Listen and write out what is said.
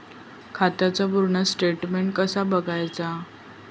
खात्याचा पूर्ण स्टेटमेट कसा बगायचा?